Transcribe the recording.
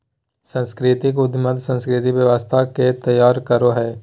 सांस्कृतिक उद्यमिता सांस्कृतिक व्यवसाय के तैयार करो हय